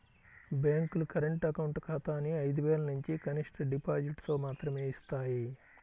బ్యేంకులు current account ఖాతాని ఐదు వేలనుంచి కనిష్ట డిపాజిటుతో మాత్రమే యిస్తాయి